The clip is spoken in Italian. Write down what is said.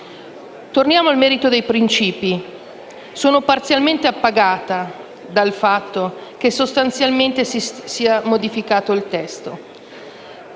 Tornando al merito dei principi. Sono parzialmente appagata dal fatto che sostanzialmente si sia modificato il testo